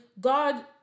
God